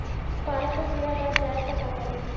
पालक पर कीड़ा लग जाए त का करी?